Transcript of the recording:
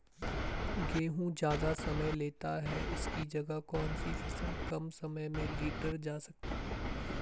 गेहूँ ज़्यादा समय लेता है इसकी जगह कौन सी फसल कम समय में लीटर जा सकती है?